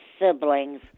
siblings